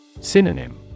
Synonym